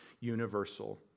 universal